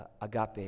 agape